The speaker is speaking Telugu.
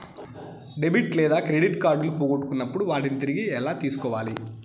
డెబిట్ లేదా క్రెడిట్ కార్డులు పోగొట్టుకున్నప్పుడు వాటిని తిరిగి ఎలా తీసుకోవాలి